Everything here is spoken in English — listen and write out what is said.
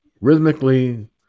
Rhythmically